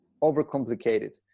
overcomplicated